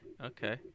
okay